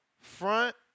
Front